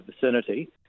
vicinity